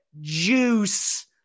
juice